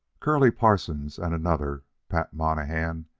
curly parsons and another, pat monahan,